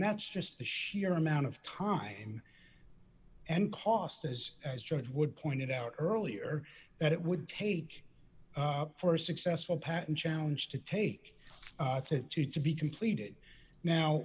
that's just the sheer amount of time and cost as as george would pointed out earlier that it would take for a successful patent challenge to take it to two to be completed now